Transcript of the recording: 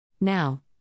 Now